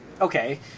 Okay